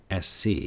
SC